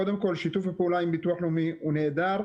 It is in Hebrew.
קודם כל, שיתוף הפעולה עם ביטוח לאומי הוא נהדר.